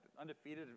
undefeated